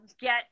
get